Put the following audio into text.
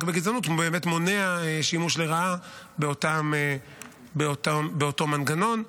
בגזענות מונעים שימוש לרעה באותו מנגנון,